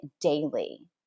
daily